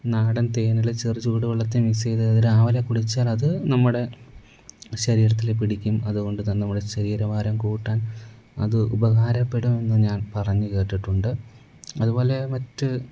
നാടൻ തേനില് ചെറു ചൂട് വെള്ളത്തി മിക്സ് ചെയ്ത് അതിരാവിലെ കുടിച്ചാലത് നമ്മുടെ ശരീരത്തില് പിടിക്കും അത്കൊണ്ട് തന്നെ നമ്മുടെ ശരീരഭാരം കൂട്ടാൻ അത് ഉപകാരപ്പെടുമെന്ന് ഞാൻ പറഞ്ഞ് കേട്ടിട്ടുണ്ട് അത്പോലെ മറ്റ്